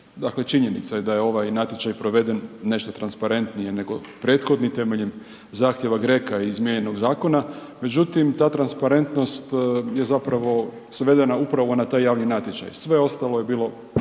činjenica je da je ovaj natječaj proveden nešto transparentnije nego prethodni temeljem zahtjeva GRACO-a izmijenjenog zakona, međutim ta transparentnost je zapravo svedena upravo na taj javni natječaj, sve ostalo je bilo